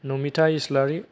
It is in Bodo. नमिता इसलारि